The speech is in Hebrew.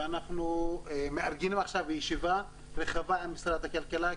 ואנחנו מארגנים עכשיו ישיבה רחבה עם משרד הכלכלה.